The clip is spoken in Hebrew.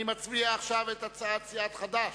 אני מצביע עכשיו על הצעת סיעת מרצ.